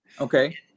okay